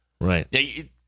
Right